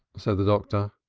said the doctor.